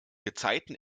gezeiten